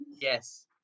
Yes